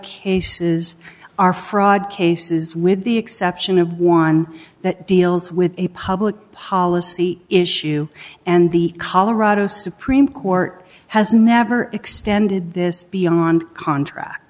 cases are fraud cases with the exception of one that deals with a public policy issue and the colorado supreme court has never extended this beyond contract